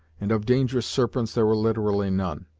and of dangerous serpents there were literally none.